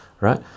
right